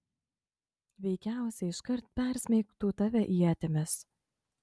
veikiausiai iškart persmeigtų tave ietimis